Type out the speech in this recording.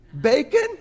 bacon